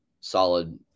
solid